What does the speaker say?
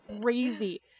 crazy